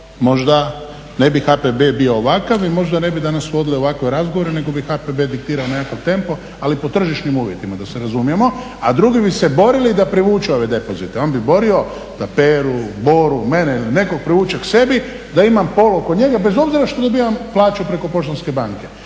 možda ne bi HPB bio ovakav i možda ne bi danas vodili ovakve razgovore nego bi HPB diktirao nekakav tempo ali pod tržišnim uvjetima, da se razumijemo, a drugi bi se borili da privuku ove depozite. On bi se borio da Peru, Boru, mene ili nekog privuče sebi da imam polog kod njega bez obzira što dobivam plaću preko Poštanske banke.